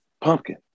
pumpkin